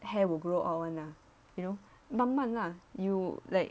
hair will grow our lah you know 慢慢 lah you like